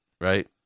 right